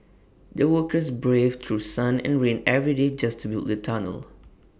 the workers braved through sun and rain every day just to build the tunnel